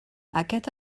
aquest